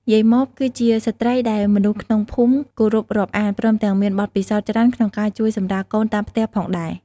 យាយម៉បគឺជាស្ត្រីដែលមនុស្សក្នុងភូមិគោរពរាប់អាន ព្រមទាំងមានបទពិសោធន៍ច្រើនក្នុងការជួយសម្រាលកូនតាមផ្ទះផងដែរ។